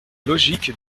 logique